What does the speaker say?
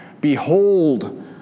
Behold